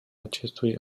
acestui